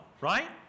right